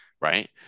right